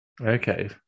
Okay